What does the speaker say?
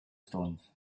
stones